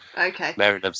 Okay